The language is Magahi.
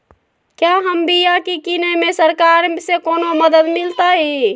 क्या हम बिया की किने में सरकार से कोनो मदद मिलतई?